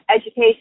education